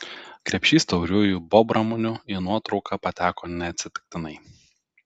krepšys tauriųjų bobramunių į nuotrauką pateko neatsitiktinai